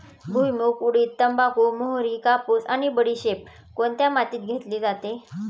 भुईमूग, उडीद, तंबाखू, मोहरी, कापूस आणि बडीशेप कोणत्या मातीत घेतली जाते?